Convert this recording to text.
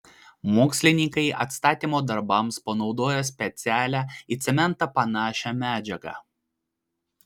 mokslininkai atstatymo darbams panaudojo specialią į cementą panašią medžiagą